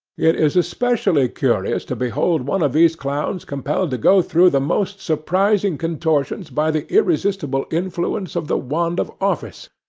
it is especially curious to behold one of these clowns compelled to go through the most surprising contortions by the irresistible influence of the wand of office,